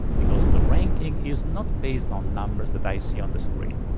because the ranking is not based on numbers that i see on the screen.